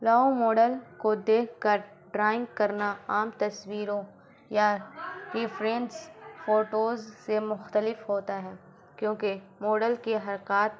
لاؤ ماڈل کو دیکھ کر ڈرائنگ کرنا عام تصویروں یا ریفرینس فوٹوز سے مختلف ہوتا ہے کیونکہ ماڈل کے حرکات